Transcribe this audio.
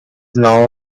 now